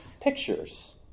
pictures